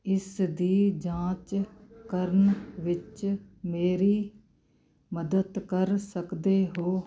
ਇਸ ਦੀ ਜਾਂਚ ਕਰਨ ਵਿੱਚ ਮੇਰੀ ਮਦਦ ਕਰ ਸਕਦੇ ਹੋ